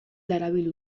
darabil